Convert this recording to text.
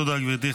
תודה, גברתי.